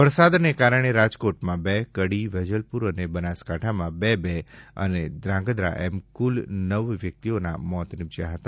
વરસાદને કારણે રાજકોટમાં બે કડી વેજલપુર અને બનાસકાંઠામાં બે બે અને ધ્રાંગધ્રામાં એક એમ કુલ નવ વ્યકિતઓના મોત નિપજયા હતા